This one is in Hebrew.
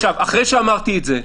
אחרי שאמרתי את זה,